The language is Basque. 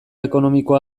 ekonomikoa